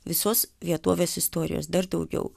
visos vietovės istorijos dar daugiau